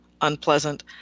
unpleasant